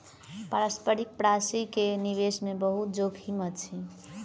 पारस्परिक प्राशि के निवेश मे बहुत जोखिम अछि